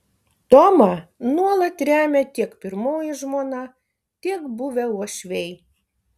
tomą nuolat remia tiek pirmoji žmona tiek buvę uošviai